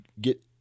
get